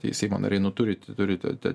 tai seimo nariai nu turi turi tą tą